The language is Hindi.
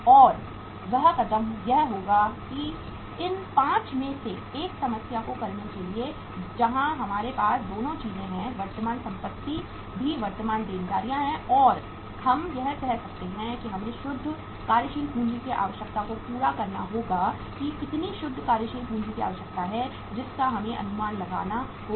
और वह कदम यह होगा कि इन 5 में से एक समस्या को करने के लिए जहां हमारे पास दोनों चीजें हैं वर्तमान संपत्ति भी वर्तमान देनदारियां हैं और हम यह कह सकते हैं कि हमें शुद्ध कार्यशील पूंजी की आवश्यकता को पूरा करना होगा कि कितनी शुद्ध कार्यशील पूंजी की आवश्यकता है जिसका हमें अनुमान लगाना होगा